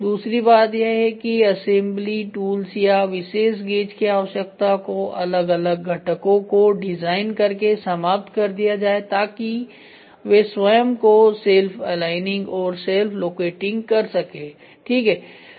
दूसरी बात यह है कि असेंबली टूल्स या विशेष गेज की आवश्यकता को अलग अलग घटकों को डिजाइन करके समाप्त कर दिया जाए ताकि वे स्वयं को सेल्फ एलाइनिंग और सेल्फ लोकेटिंग कर सकें ठीक है